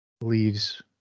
leaves